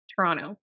Toronto